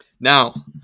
Now